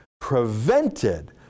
prevented